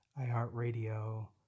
iHeartRadio